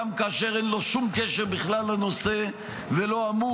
גם כאשר אין לו שום קשר בכלל לנושא ולא אמור